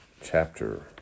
chapter